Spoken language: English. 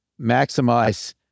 maximize